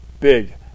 Big